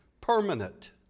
permanent